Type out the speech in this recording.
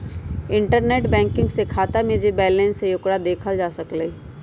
internet banking से खाता में जे बैलेंस हई ओकरा देखल जा सकलई ह